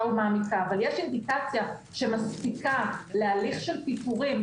ומעמיקה אבל יש אינדיקציה שמספיקה להליך של פיטורים,